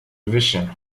revision